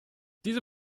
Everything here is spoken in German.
diese